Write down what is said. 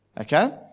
Okay